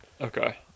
Okay